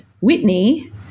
Whitney